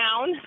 down